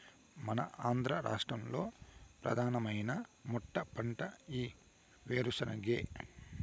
మన ఆంధ్ర రాష్ట్రంలో ప్రధానమైన మెట్టపంట ఈ ఏరుశెనగే